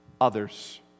Others